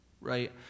right